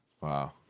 Wow